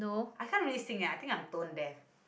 I can't really sing eh I think I'm tone deaf